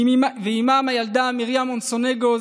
ועימם הילדה מרים מונסונגו,